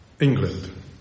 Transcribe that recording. England